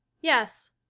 yes.